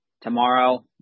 tomorrow